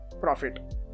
Profit